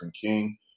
King